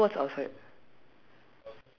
okay then tell me what's outside